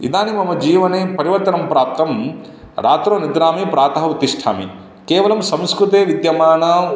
इदानीं मम जीवने परिवर्तनं प्राप्तं रात्रौ निद्रामि प्रातः उत्तिष्ठामि केवलं संस्कृते विद्यमानं